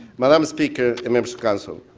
madam speaker and members of council,